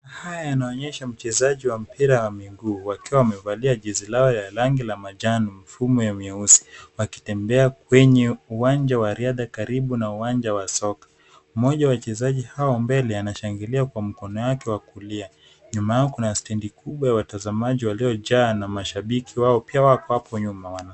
Haya, naonyesha mchezaji wa mpira wa miguu wakiwa amevalia jezi lao ya rangi la majano mfumo wa miozi, wakitembea kwenye uwanja wa riadha karibu na uwanja wa soka, mmoja wa wachezaji hao mbele anashangilia kwa mkono wake wa kulia, nyuma yao kuna stendi kubwa ya watazamaji walio jaa na mashabiki wao pia wako hapo nyuma.